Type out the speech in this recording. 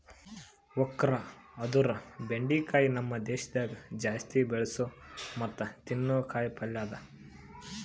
okra ಅಂದುರ್ ಬೆಂಡಿಕಾಯಿ ನಮ್ ದೇಶದಾಗ್ ಜಾಸ್ತಿ ಬೆಳಸೋ ಮತ್ತ ತಿನ್ನೋ ಕಾಯಿ ಪಲ್ಯ ಅದಾ